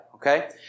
Okay